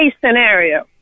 scenario